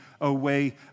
away